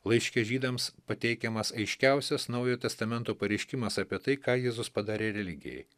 laiške žydams pateikiamas aiškiausias naujojo testamento pareiškimas apie tai ką jėzus padarė religijai